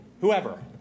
whoever